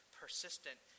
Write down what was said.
persistent